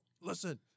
Listen